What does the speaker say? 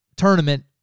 Tournament